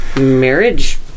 marriage